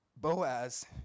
Boaz